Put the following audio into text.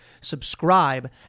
subscribe